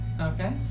Okay